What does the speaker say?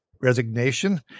resignation